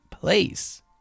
place